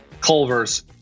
Culver's